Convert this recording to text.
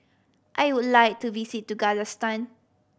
I would like to visit to Kazakhstan